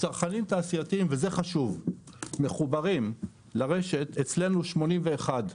צרכנים תעשייתיים מחוברים לרשת אצלנו 81,